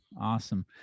awesome